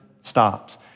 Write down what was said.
stops